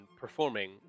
performing